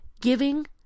giving